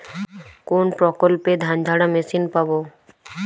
কোনপ্রকল্পে ধানঝাড়া মেশিন পাব?